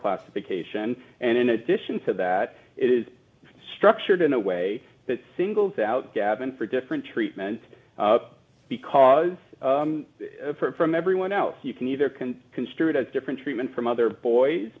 classification and in addition to that it is structured in a way that singles out gavin for different treatment because everyone else you can either can construe it as different treatment from other boys